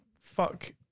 Fuck